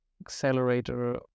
accelerator